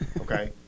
Okay